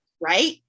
Right